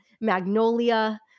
magnolia